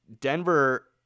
Denver